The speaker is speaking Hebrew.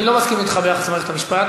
אני לא מסכים אתך ביחס למערכת המשפט.